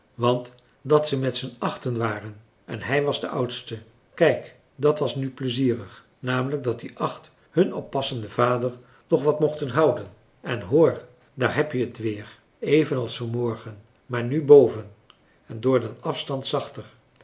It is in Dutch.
want dat ze met zen achten waren en hij was de oudste kijk dat was nu pleizierig namelijk dat die acht hun oppassenden vader nog wat mochten houden en hoor daar heb je het weer evenals vanmorgen maar nu boven en door den afstand zachter